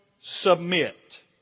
submit